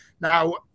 Now